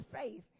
faith